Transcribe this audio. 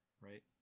right